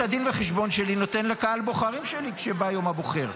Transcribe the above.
את הדין וחשבון שלי נותן לקהל הבוחרים שלי כשבא יום הבוחר,